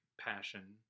passion